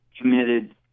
committed